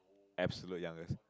absolute youngest